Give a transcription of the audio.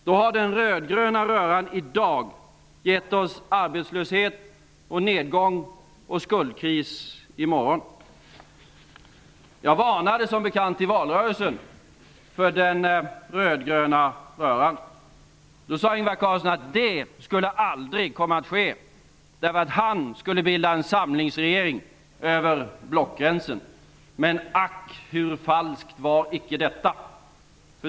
Då har den rödgröna röran i dag gett oss arbetslöshet, nedgång och skuldkris i morgon. Jag varnade, som bekant, i valrörelsen för den rödgröna röran. Då sade Ingvar Carlsson att det skulle aldrig komma att ske. Han skulle bilda en samlingsregering över blockgränsen. Men ack! Hur falskt var icke detta?